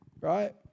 right